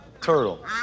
Turtle